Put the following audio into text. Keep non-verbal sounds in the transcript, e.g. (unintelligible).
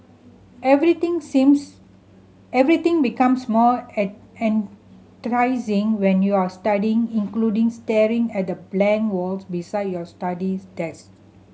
everything seems everything becomes more (unintelligible) enticing when you're studying including staring at the blank walls beside your study desk